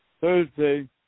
Thursday